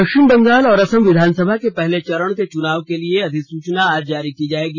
पश्चिम बंगाल और असम विधानसभा के पहले चरण के चुनाव के लिए अधिसूचना आज जारी की जाएगी